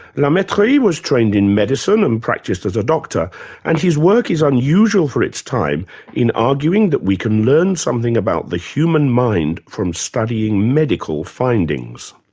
la mettrie was trained in medicine and practised as a doctor and his work is unusual for its time in arguing that we can learn something about the human mind from studying medical findings.